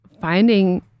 finding